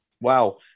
wow